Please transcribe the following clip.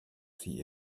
sie